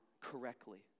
correctly